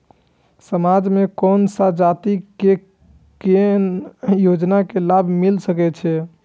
समाज में कोन सा जाति के कोन योजना के लाभ मिल सके छै?